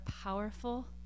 powerful